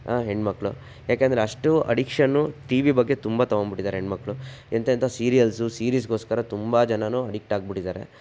ಹೆಣ್ಮಕ್ಳು ಯಾಕೆಂದ್ರೆ ಅಷ್ಟು ಅಡಿಕ್ಷನ್ನು ಟಿ ವಿ ಬಗ್ಗೆ ತುಂಬ ತೊಗೊಂಬಿಟ್ಟಿದ್ದಾರೆ ಹೆಣ್ಮಕ್ಳು ಎಂತೆಂಥ ಸೀರಿಯಲ್ಸು ಸೀರೀಸ್ಗೋಸ್ಕರ ತುಂಬ ಜನರೂ ಅಡಿಕ್ಟಾಗ್ಬಿಟ್ಟಿದ್ದಾರೆ